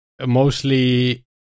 mostly